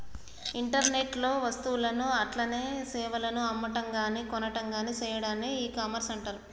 internet లో వస్తువులను అట్లనే సేవలను అమ్మటంగాని కొనటంగాని సెయ్యాడాన్ని ఇకామర్స్ అంటర్